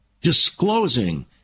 disclosing